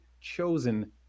chosen